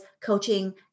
coaching